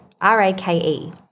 R-A-K-E